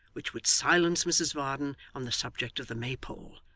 which would silence mrs varden on the subject of the maypole,